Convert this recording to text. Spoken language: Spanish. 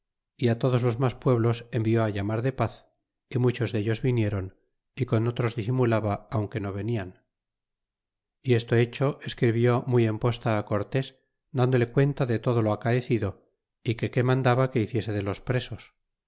y todos los mas pueblos envió á llamar de paz y muchos dellos vinieron y con otros disimulaba aunque no venian y esto hecho escribió muy en posta á cortés dándole cuenta de todo lo acaecido y que que mandaba que hiciese de los presos